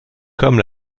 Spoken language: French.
comme